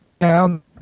down